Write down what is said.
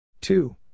Two